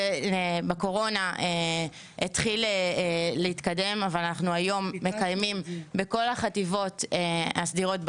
זה בקורונה התחיל להתקדם אבל אנחנו היום מקיימים בכל החטיבות הסדירות,